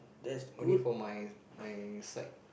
o~ only for my my side